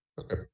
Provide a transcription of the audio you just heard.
okay